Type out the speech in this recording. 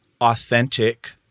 authentic